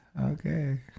Okay